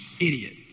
idiot